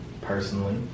personally